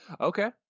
Okay